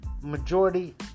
majority